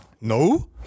No